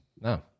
No